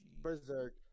Berserk